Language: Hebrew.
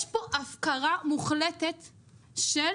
בחמש השנים האחרונות הם לא עשו